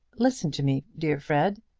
listen to me, dear fred.